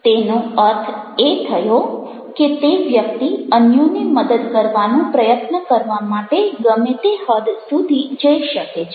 તેનો અર્થ એ થયો કે તે વ્યક્તિ અન્યોને મદદ કરવાનો પ્રયત્ન કરવા માટે ગમે તે હદ સુધી જઈ શકે છે